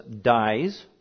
dies